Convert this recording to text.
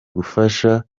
gufasha